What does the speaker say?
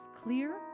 clear